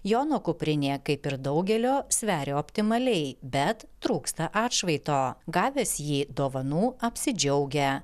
jono kuprinėje kaip ir daugelio sveria optimaliai bet trūksta atšvaito gavęs jį dovanų apsidžiaugė